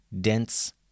dense